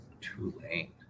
Tulane